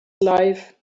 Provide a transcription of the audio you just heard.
life